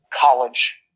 college